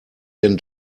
denn